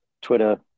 twitter